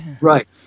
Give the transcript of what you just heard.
Right